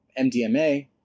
MDMA